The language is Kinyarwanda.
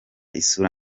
isura